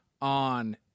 on